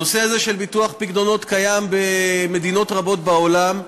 הנושא הזה של ביטוח פיקדונות קיים במדינות רבות בעולם,